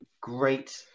great